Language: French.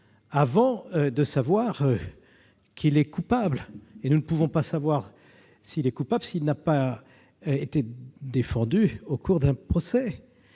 avant de savoir s'il est coupable. Et nous ne pouvons pas savoir s'il est coupable s'il n'a pas été défendu au cours d'un procès.